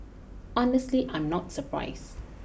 honestly I'm not surprised